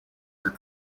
were